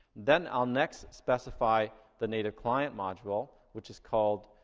then i'll next specify the native client module which is called.